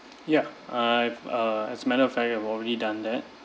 ya I've uh as matter of fact I already done that